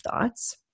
thoughts